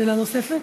נוספת?